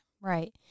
Right